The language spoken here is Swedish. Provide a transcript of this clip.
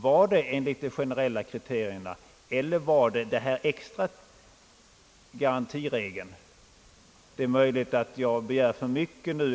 Var det enligt de generella kriterierna eller var det den här extra garantiregeln? Det är möjligt att jag begär litet för mycket.